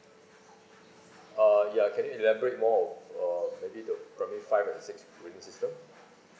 uh ya can you elaborate more of uh maybe the primary five and six grading system